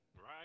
right